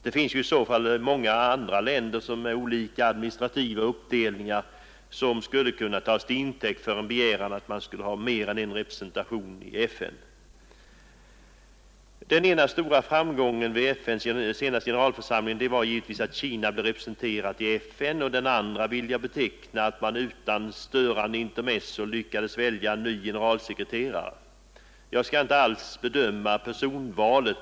Det finns i så fall många andra länder med olika administrativa uppdelningar som skulle kunna begära att de skall ha mer än en representation i FN. Den ena stora framgången vid FN:s senaste generalförsamling var givetvis att Kina blev representerat i FN. Som en andra framgång vill jag beteckna det förhållandet att man utan störande intermezzon lyckades välja ny generalsekreterare. Jag skall inte alls bedöma personvalet.